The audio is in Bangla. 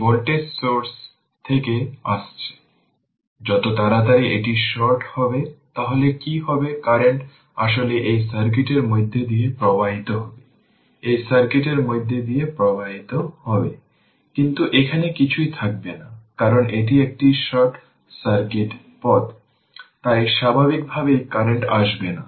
এই ভোল্টেজ সোর্স থেকে আসছে যত তাড়াতাড়ি এটা শর্ট হবে তাহলে কি হবে কারেন্ট আসলে এই সার্কিটের মধ্য দিয়ে প্রবাহিত হবে এই সার্কিটের মধ্য দিয়ে প্রবাহিত হবে কিন্তু এখানে কিছুই থাকবে না কারণ এটি একটি শর্ট সার্কিট পথ তাই স্বাভাবিকভাবেই কারেন্ট আসবে না